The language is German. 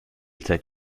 zeit